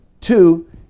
two